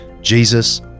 Jesus